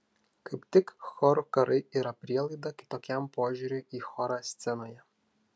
kaip tik chorų karai yra prielaida kitokiam požiūriui į chorą scenoje